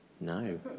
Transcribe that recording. No